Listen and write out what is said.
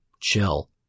chill